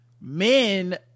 men